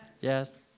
Yes